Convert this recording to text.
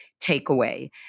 takeaway